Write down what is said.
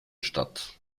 statt